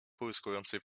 połyskującej